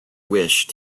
wish